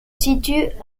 situe